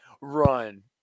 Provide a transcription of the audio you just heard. run